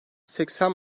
seksen